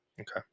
okay